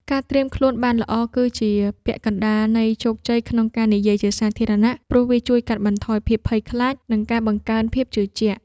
ការត្រៀមខ្លួនបានល្អគឺជាពាក់កណ្ដាលនៃជោគជ័យក្នុងការនិយាយជាសាធារណៈ ព្រោះវាជួយកាត់បន្ថយភាពភ័យខ្លាច និងបង្កើនភាពជឿជាក់។